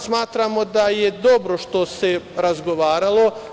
Smatramo da je dobro što se razgovaralo.